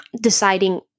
deciding